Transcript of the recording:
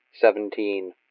Seventeen